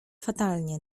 fatalnie